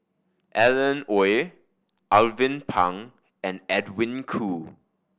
Alan Oei Alvin Pang and Edwin Koo